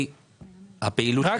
החברה הזאת מייצרת גם להבי IBR. לחברה